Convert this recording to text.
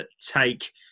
take